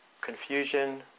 confusion